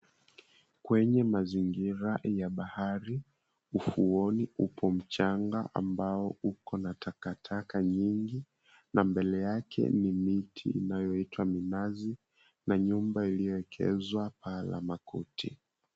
Kwenye mazingira ya bahari ufuoni upo mchanga ambao uko na takataka nyingi na mbele yake ni miti inayoitwa minazi na nyumba iliyowekezwa paa la makuti.